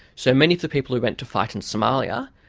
so, many of the people who went to fight in somalia,